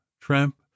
Tramp